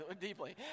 deeply